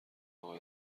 اقا